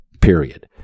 Period